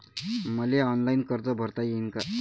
मले ऑनलाईन कर्ज भरता येईन का?